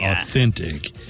authentic